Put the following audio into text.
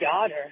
daughter